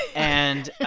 and.